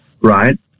right